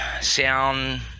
Sound